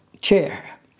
chair